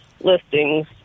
listings